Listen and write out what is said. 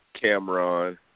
Cameron